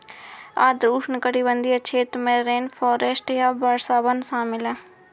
आर्द्र उष्णकटिबंधीय क्षेत्र में रेनफॉरेस्ट या वर्षावन शामिल हैं